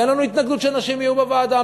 ואין לנו התנגדות שנשים יהיו בוועדה.